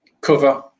cover